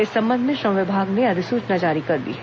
इस संबंध में श्रम विभाग ने अधिसूचना जारी कर दी है